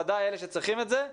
ודאי אלה שצריכים את זה,